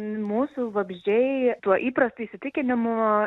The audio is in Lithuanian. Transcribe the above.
mūsų vabzdžiai tuo įprastu įsitikinimu